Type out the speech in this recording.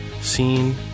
seen